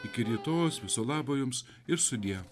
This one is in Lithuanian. iki rytojaus viso labo jums ir sudie